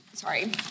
Sorry